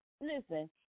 listen